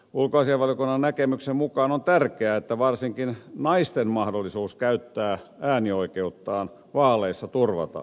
ulkoasiainvaliokunnan näkemyksen mukaan on tärkeää että varsinkin naisten mahdollisuus käyttää äänioikeuttaan vaaleissa turvataan